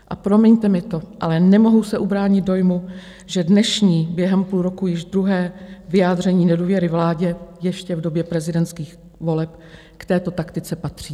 A promiňte mi to, ale nemohu se ubránit dojmu, že dnešní, během půl roku již druhé vyjádření nedůvěry vládě, ještě v době prezidentských voleb, k této taktice patří.